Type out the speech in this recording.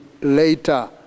later